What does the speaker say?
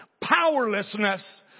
Powerlessness